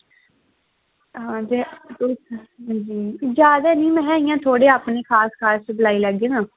हां ते आंजी जादा निं इ'यां महा थोह्ड़े अपनी खास खास बलाई लैगे ना